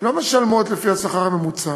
לא משלמות לפי השכר הממוצע,